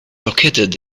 located